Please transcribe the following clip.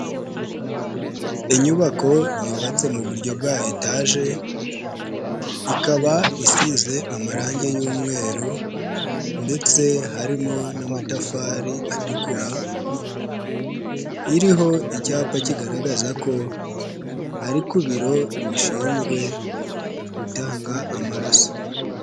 Inyubako yubatse mu buryo bwayo etaje ikaba isize amarangi y'umweru ndetse harimo n'amatafari atukura iriho icyapa kigaragaza ko ari ku biro bishinzwe gutanga amaraso.